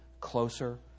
closer